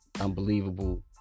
unbelievable